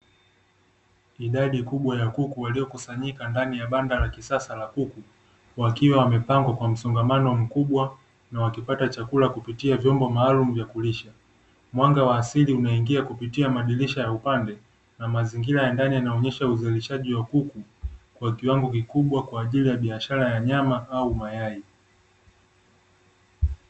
Idadi kubwa ya kuku waliokusanyika ndani ya banda la kisasa la kuku, wakiwa wamepangwa kwa msongamano mkubwa, na wakipata chakula kupitia vyombo maalumu vya kulisha. Mwanga wa asili unaingia kupitia madirisha ya upande na mazingira ya ndani yanaonyesha uzalishaji wa kuku kwa kiwango kikubwa, kwa ajili ya biashara ya nyama au mayai.